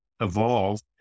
evolve